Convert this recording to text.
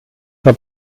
der